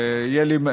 ויהיה לי,